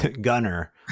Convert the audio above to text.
gunner